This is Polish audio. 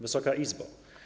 Wysoka Izbo!